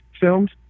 filmed